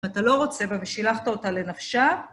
אם אתה לא רוצה ושילחת אותה לנפשה...